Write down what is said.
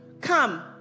come